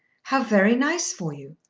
how very nice for you.